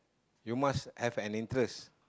you must have an interest